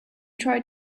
tried